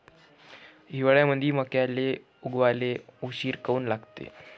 हिवाळ्यामंदी मक्याले उगवाले उशीर काऊन लागते?